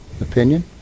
opinion